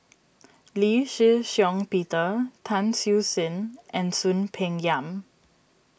Lee Shih Shiong Peter Tan Siew Sin and Soon Peng Yam